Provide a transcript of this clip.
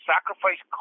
Sacrifice